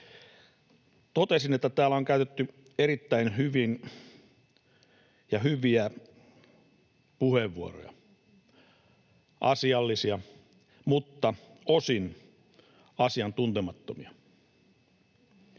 Totesin, että täällä on käytetty erittäin hyvin ja hyviä puheenvuoroja — asiallisia, mutta osin asiantuntemattomia.